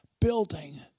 building